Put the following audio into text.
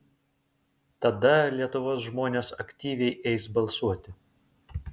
tada lietuvos žmonės aktyviai eis balsuoti